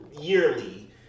yearly